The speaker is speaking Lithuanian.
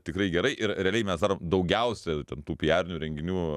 tikrai gerai ir realiai mes darom daugiausia ten tų piarinių renginių